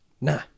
Nah